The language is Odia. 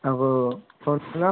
ଆଉ